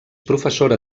professora